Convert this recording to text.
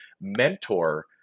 mentor